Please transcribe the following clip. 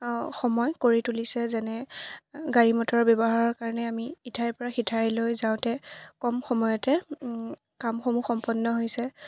সময় কৰি তুলিছে যেনে গাড়ী মটৰৰ ব্যৱহাৰৰ কাৰণে আমি ইঠাইৰ পৰা সিঠাইলৈ যাওঁতে কম সময়তে কামসমূহ সম্পন্ন হৈছে